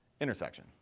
Intersection